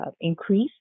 increase